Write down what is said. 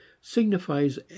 signifies